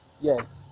Yes